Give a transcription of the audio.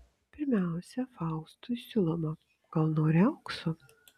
pirmiausia faustui siūloma gal nori aukso